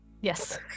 Yes